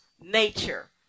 nature